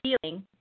feeling